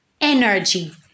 energy